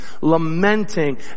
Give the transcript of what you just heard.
lamenting